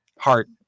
Heart